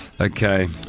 Okay